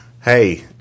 Hey